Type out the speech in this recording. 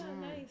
nice